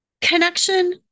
Connection